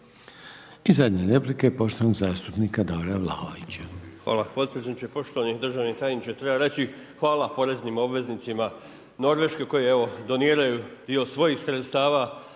Sljedeća replika je poštovanog zastupnika Davora Vlaovića.